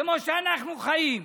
כמו שאנחנו חיים.